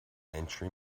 entry